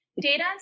Data &